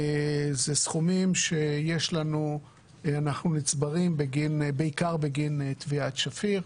אלה סכומים שנצברים בעיקר בגין תביעת שפיר,